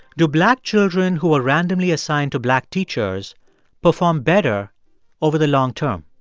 do black children who are randomly assigned to black teachers perform better over the long term?